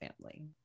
family